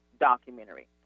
documentary